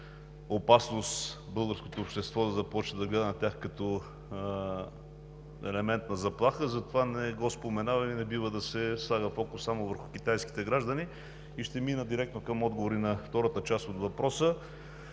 има опасност българското общество да започне да гледа на тях като елемент на заплаха и затова не го споменавам. Не бива фокусът да се слага само върху китайските граждани. Ще мина директно и към отговора на втората част от въпроса.